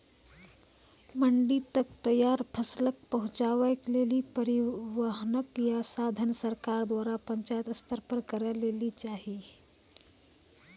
मंडी तक तैयार फसलक पहुँचावे के लेल परिवहनक या साधन सरकार द्वारा पंचायत स्तर पर करै लेली चाही?